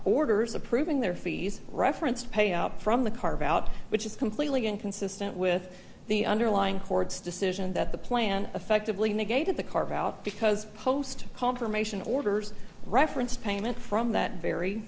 orders approving their fees reference payout from the carve out which is completely inconsistent with the underlying court's decision that the plan effectively negated the carve out because post confirmation orders referenced payment from that very